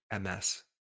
MS